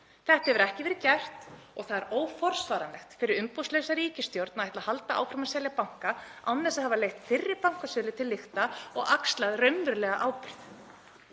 Þetta hefur ekki verið gert og það er óforsvaranlegt fyrir umboðslausa ríkisstjórn að ætla að halda áfram að selja banka án þess að hafa leitt fyrri bankasölu til lykta og axlað raunverulega ábyrgð.